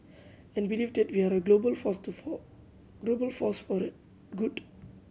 and believe that we are a global force to for global force for the good